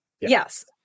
Yes